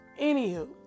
Anywho